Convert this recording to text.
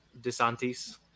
desantis